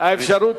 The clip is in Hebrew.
האפשרות